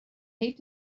hate